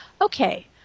okay